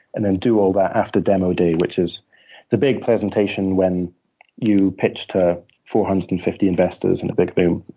and then do all that after the demo day, which is the big presentation when you pitch to four hundred and fifty investors in a big room.